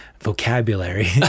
vocabulary